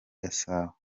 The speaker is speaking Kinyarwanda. gasabo